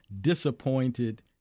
disappointed